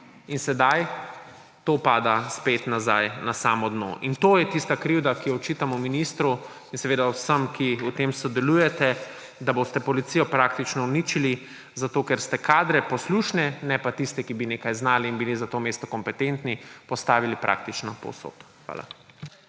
In sedaj to pada spet nazaj na samo dno. In to je tista krivda, ki jo očitamo ministru in seveda vsem, ki v tem sodelujete, da boste policijo praktično uničili, zato ker ste kadre, poslušne, ne pa tiste, ki bi nekaj znali in bili za to mesto kompetentni, postavili praktično povsod. Hvala.